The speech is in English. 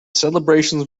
celebrations